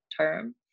term